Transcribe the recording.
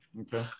Okay